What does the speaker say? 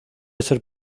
ser